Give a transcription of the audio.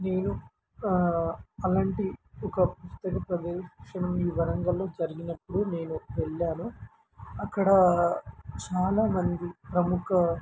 నేను అలాంటి ఒక పుస్తక ప్రదర్శన ఈ వరంగలులో జరిగినప్పుడు నేను వెళ్ళాను అక్కడ చాలామంది ప్రముఖ